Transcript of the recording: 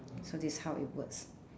so this how it works